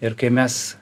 ir kai mes